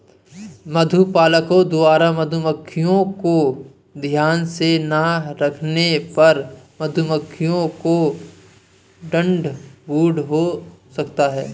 मधुपालकों द्वारा मधुमक्खियों को ध्यान से ना रखने पर मधुमक्खियों को ठंड ब्रूड हो सकता है